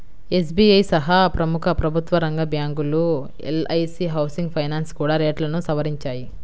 SBI సహా ప్రముఖ ప్రభుత్వరంగ బ్యాంకులు, ఎల్.ఐ.సీ హౌసింగ్ ఫైనాన్స్ కూడా రేట్లను సవరించాయి